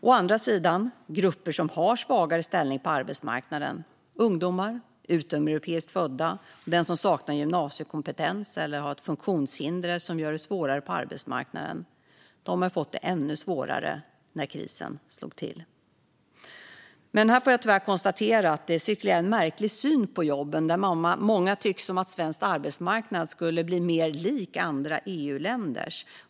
Å andra sidan har grupper som har en svagare ställning på arbetsmarknaden - ungdomar, utomeuropeiskt födda, den som saknar gymnasiekompetens eller har ett funktionshinder som gör det svårare på arbetsmarknaden - fått det ännu svårare sedan krisen slog till. Här får jag tyvärr konstatera att det cirkulerar en märklig syn på jobben. Många tycks tänka att svensk arbetsmarknad ska bli mer lik andra EU-länders.